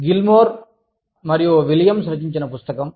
Gilmore Williams రచించిన పుస్తకం